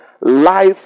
life